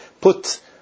put